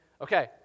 Okay